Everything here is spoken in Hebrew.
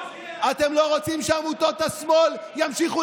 אתם לא רוצים שעמותות השמאל ימשיכו